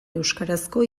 euskarazko